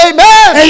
Amen